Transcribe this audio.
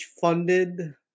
funded